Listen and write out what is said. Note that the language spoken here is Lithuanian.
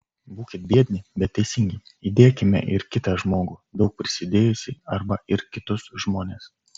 būkit biedni bet teisingi įdėkime ir kitą žmogų daug prisidėjusį arba ir kitus žmones